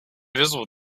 visible